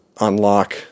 unlock